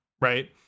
right